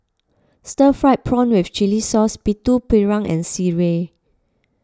Stir Fried Prawn with Chili Sauce Putu Piring and Sireh